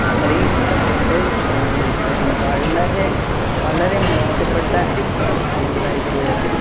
അത്രയും ഇഷ്ടപ്പെട്ട് വേടിച്ചതാണ് വളരെ വളരെ മോശപ്പെട്ട ഒരു ഇതായി പോയി അത്